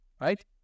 right